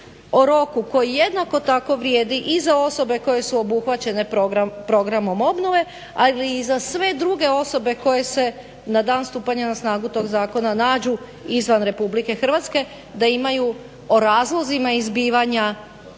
o roku koji jednako tako vrijedi i za osobe koje su obuhvaćene programom obnove ali i za sve druge osobe koje se na dan stupanja na snagu tog zakona nađu izvan RH da imaju o razlozima izbivanja